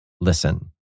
Listen